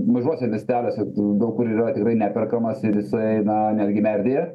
mažuose miesteliuose daug kur yra tikrai neperkamas ir jisai na netgi merdėja